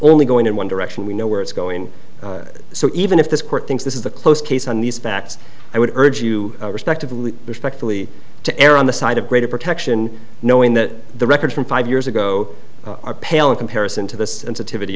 only going in one direction we know where it's going so even if this court thinks this is a close case on these facts i would urge you respectively respectfully to err on the side of greater protection knowing that the records from five years ago are pale in comparison to th